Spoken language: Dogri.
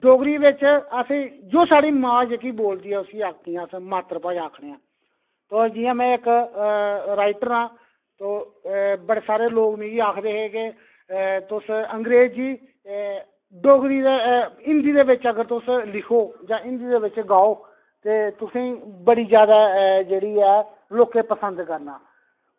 डोगरी बिच असें ई जो साढ़ी मां बोलदी ऐ उसी अस मात्तरभाशा आखने आं होर जि'यां में इक राइटर आं ते बड़े सारे लोक मिगी आखदे हे कि तुस अंग्रेज़ी डोगरी ते हिंदी दे बिच अगर तुस लिखो जां हिंदी दे बिच गाओ ते तुसेंगी बड़ी जैदा जेह्की ऐ लोकें पसंद करना ऐ